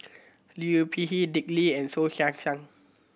Liu Peihe Dick Lee and Soh Kay Siang